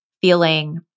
feeling